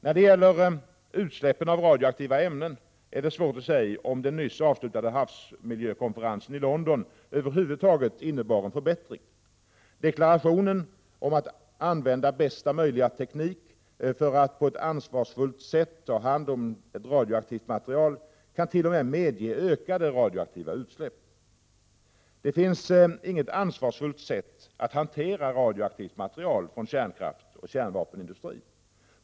När det gäller utsläppen av radioaktiva ämnen är det svårt att säga om den nyss avslutade havsmiljökonferensen i London över huvud taget innebar en förbättring. Deklarationen om att använda bästa möjliga teknik för att på ett ansvarsfullt sätt ta hand om ett radioaktivt material kant.o.m. medge ökade radioaktiva utsläpp. Det finns inget ansvarsfullt sätt att hantera radioaktivt material från kärnkraftsoch kärnvapenindustrin.